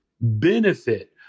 benefit